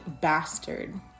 bastard